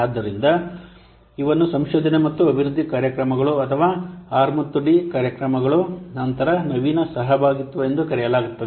ಆದ್ದರಿಂದ ಇದನ್ನು ಸಂಶೋಧನೆ ಮತ್ತು ಅಭಿವೃದ್ಧಿ ಕಾರ್ಯಕ್ರಮಗಳು ಅಥವಾ ಆರ್ ಮತ್ತು ಡಿ ಕಾರ್ಯಕ್ರಮಗಳು ನಂತರ ನವೀನ ಸಹಭಾಗಿತ್ವ ಎಂದು ಕರೆಯಲಾಗುತ್ತದೆ